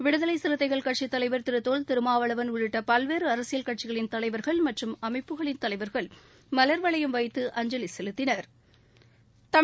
விடுதலை சிறுத்தைகள் கட்சித்தலைவர் திரு தொல் திருமாவளவன் உள்ளிட்ட பல்வேறு அரசியல் கட்சிகளின் தலைவர்கள் மற்றும் அமைப்புகளின் தலைவர்கள் மலா்வளையம் வைத்து அஞ்சலி செலுத்தினா்